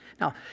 Now